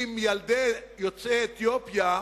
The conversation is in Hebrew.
עם ילדי יוצאי אתיופיה,